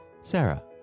Sarah